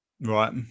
Right